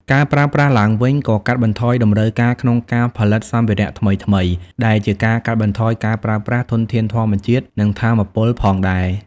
ការប្រើប្រាស់ឡើងវិញក៏កាត់បន្ថយតម្រូវការក្នុងការផលិតសម្ភារៈថ្មីៗ ដែលជាការកាត់បន្ថយការប្រើប្រាស់ធនធានធម្មជាតិ និងថាមពលផងដែរ។